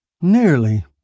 Nearly